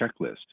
checklist